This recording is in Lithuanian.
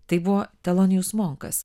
tai buvo telonijus monkas